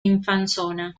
infanzona